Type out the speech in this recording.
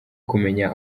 kumenya